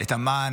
את אמ"ן,